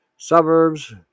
Suburbs